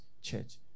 church